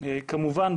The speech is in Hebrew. כמובן,